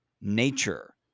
nature